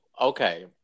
okay